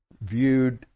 viewed